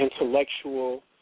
intellectual